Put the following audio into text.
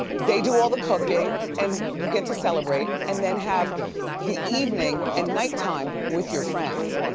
they do all the cooking and you get to celebrate and then have the evening and nighttime with your friends.